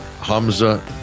Hamza